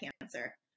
cancer